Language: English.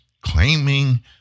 claiming